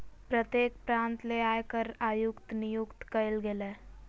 प्रत्येक प्रांत ले आयकर आयुक्त नियुक्त कइल गेलय